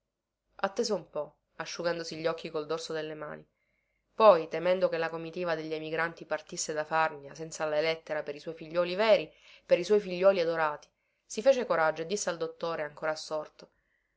attese un po asciugandosi gli occhi col dorso delle mani poi temendo che la comitiva degli emigranti partisse da farnia senza la lettera per i suoi figliuoli veri per i suoi figliuoli adorati si fece coraggio e disse al dottore ancora assorto